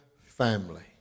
family